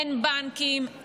אין בנקים,